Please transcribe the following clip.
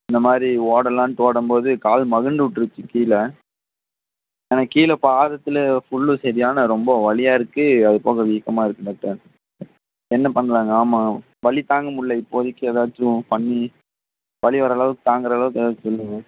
இந்தமாதிரி ஓடலாம்ட்டு ஓடும்போது கால் மகுண்டுட்ருச்சு கீழே எனக்கு கீழே பாதத்தில் ஃபுல்லும் சரியான ரொம்ப வலியாருக்குது அது போக வீக்கமாருக்குது டாக்டர் என்ன பண்ணலாங்க ஆமாம் வலி தாங்க முடியல இப்போதைக்கு ஏதாச்சும் பண்ணி வலி ஓரளவுக்கு தாங்குகிறளவுக்கு ஏதாச்சும் சொல்லுங்க